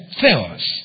theos